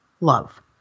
love